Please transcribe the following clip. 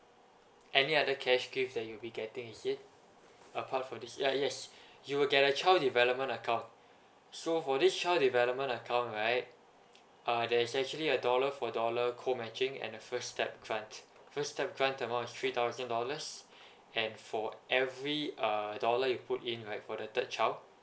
any other cash gift that you'll be getting is it apart from this ya yes you will get a child development account so for this child development account right uh there is actually a dollar for dollar co matching and a first step grant first step grant amount is three thousand dollars and for every uh dollar you put in right for the third child